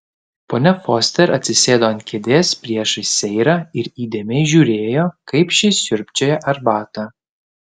ponia foster atsisėdo ant kėdės priešais seirą ir įdėmiai žiūrėjo kaip ši siurbčioja arbatą